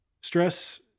stress